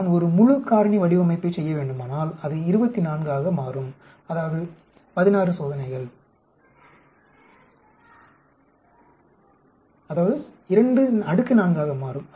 நான் ஒரு முழு காரணி வடிவமைப்பைச் செய்ய வேண்டுமானால் அது 24 ஆக மாறும்